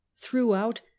throughout